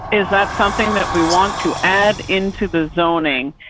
is that something that we want to add into the zoning?